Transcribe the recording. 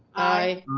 aye.